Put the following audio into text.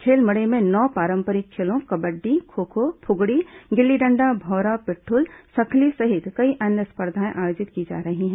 खेल मड़ई में नौ पारंपरिक खेलों कबडडी खोखो फुगड़ी गिल्ली डंडा भौंरा पिट्ठूल संखली सहित कई अन्य स्पर्धाएं आयोजित की जा रही हैं